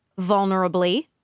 vulnerably